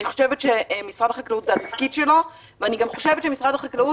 אני חושבת שזה התפקיד של משרד החקלאות.